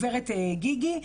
גברת גיגי.